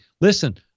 Listen